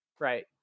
Right